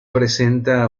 presenta